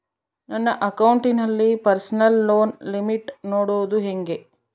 ನನ್ನ ಅಕೌಂಟಿನಲ್ಲಿ personal loan limit ನೋಡದು ಹೆಂಗೆ?